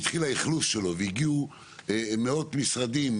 התחיל האכלוס שלו והגיעו מאות משרדים,